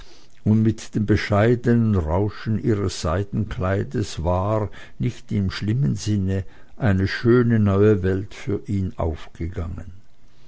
und mit dem bescheidenen rauschen ihres seidenkleides war nicht in schlimmem sinne eine neue schöne welt für ihn aufgegangen